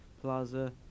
Plaza